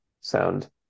sound